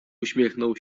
uśmiechnął